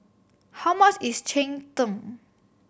how much is cheng tng